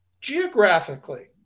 Geographically